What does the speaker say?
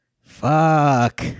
Fuck